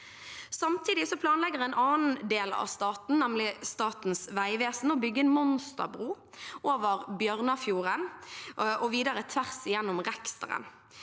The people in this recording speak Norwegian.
Samtidig planlegger en annen del av staten, nemlig Statens vegvesen, å bygge en monsterbro over Bjørnafjorden og videre tvers igjennom Reksteren.